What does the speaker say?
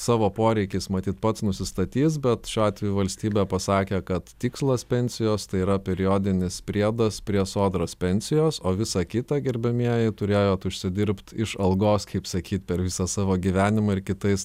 savo poreikį matyt pats nusistatys bet šiuo atveju valstybė pasakė kad tikslas pensijos tai yra periodinis priedas prie sodros pensijos o visa kita gerbiamieji turėjot užsidirbt iš algos kaip sakyt per visą savo gyvenimą ir kitais